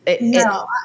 No